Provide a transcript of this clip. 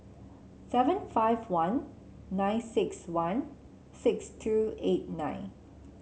seven five one nine six one six two eight nine